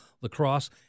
lacrosse